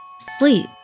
Sleep